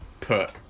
put